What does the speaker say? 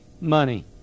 money